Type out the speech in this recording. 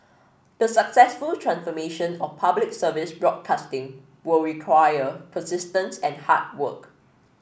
the successful transformation of Public Service broadcasting will require persistence and hard work